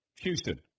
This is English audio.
Houston